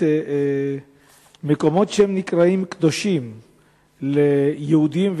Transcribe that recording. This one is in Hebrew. שמקומות שנקראים קדושים ליהודים,